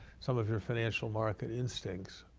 some of your financial market instincts.